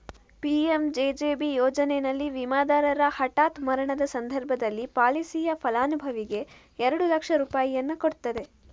PMJJB ಯೋಜನೆನಲ್ಲಿ ವಿಮಾದಾರರ ಹಠಾತ್ ಮರಣದ ಸಂದರ್ಭದಲ್ಲಿ ಪಾಲಿಸಿಯ ಫಲಾನುಭವಿಗೆ ಎರಡು ಲಕ್ಷ ರೂಪಾಯಿಯನ್ನ ಕೊಡ್ತದೆ